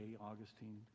Augustine